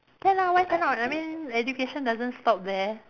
can lah why cannot I mean education doesn't stop there